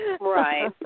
Right